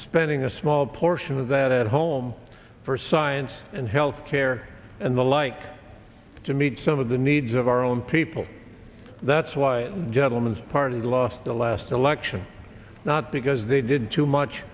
spending a small portion of that at home for science and health care and the like to meet some of the needs of our own people that's why gentlemen's party lost the last election not because they did too much